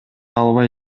албай